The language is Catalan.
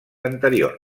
anterior